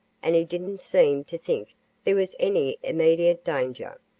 and he didn't seem to think there was any immediate danger,